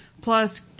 plus